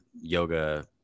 yoga